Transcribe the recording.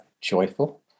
joyful